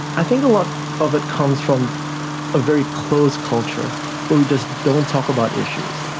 i think a lot of it comes from a very closed culture where we just don't talk about issues.